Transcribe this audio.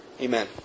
Amen